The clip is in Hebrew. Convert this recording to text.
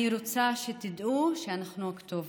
אני רוצה שתדעו שאנחנו הכתובת.